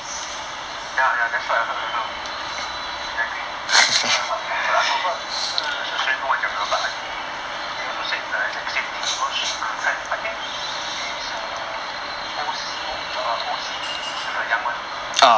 ya ya that's what I heard also exactly that's what I heard but I forgot 是是谁跟我讲的 but I think they also said the exact same thing because I think is err O_C the young [one]